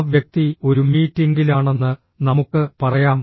ആ വ്യക്തി ഒരു മീറ്റിംഗിലാണെന്ന് നമുക്ക് പറയാം